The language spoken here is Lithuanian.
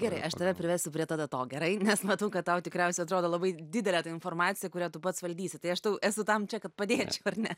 gerai aš tave privesiu prie tada to gerai nes matau kad tau tikriausiai atrodo labai didelė ta informacija kuria tu pats valdysi tai aš tau esu tam čia kad padėčiau ar ne